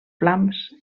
flams